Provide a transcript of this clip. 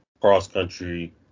cross-country